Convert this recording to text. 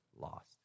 Lost